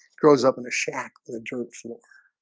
grows up in the shack the dirt floor